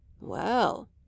Well